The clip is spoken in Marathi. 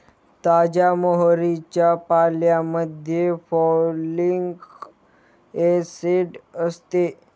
ताज्या मोहरीच्या पाल्यामध्ये फॉलिक ऍसिड असते